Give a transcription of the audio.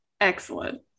Excellent